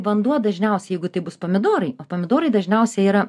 vanduo dažniausiai jeigu tai bus pomidorai o pomidorai dažniausiai yra